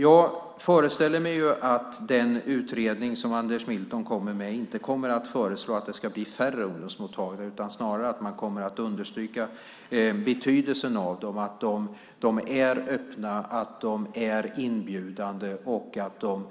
Jag föreställer mig att den utredning som Anders Milton kommer med inte kommer att föreslå att det ska bli färre ungdomsmottagningar utan snarare understryka betydelsen av dem, att de är öppna, att de är inbjudande och att de